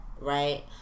right